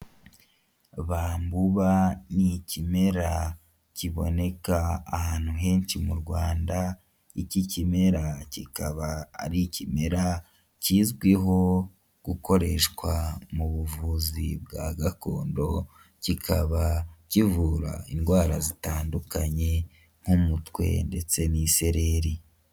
Bambuba n'ikimera kiboneka ahantu henshi m'u Rwanda, iki kimera kikaba ari ikimera kizwiho gukoreshwa mu buvuzi bwa gakondo, kikaba kivura indwara zitandukanye nk'umutwe ndetse n'isereri.